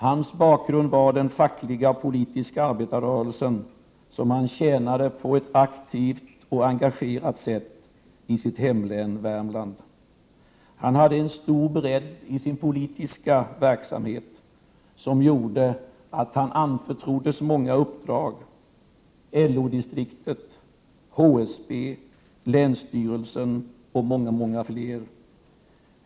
Hans bakgrund var den fackliga och politiska arbetarrörelsen, som han tjänade på ett aktivt och 3 engagerat sätt i sitt hemlän Värmland. Han hade en stor bredd i sin politiska verksamhet som gjorde att han anförtroddes många uppdrag: LO-distriktet, HSB, länsstyrelsen och många fler.